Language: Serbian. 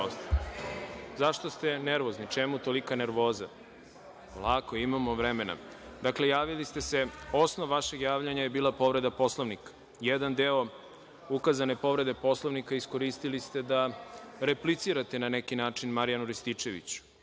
ste nervozni, čemu tolika nervoza? Polako, imamo vremena. Dakle, osnov vašeg javljanja je bila povreda Poslovnika. Jedan deo ukazane povrede Poslovnika iskoristili ste da replicirate na neki način Marijanu Rističeviću.(Branka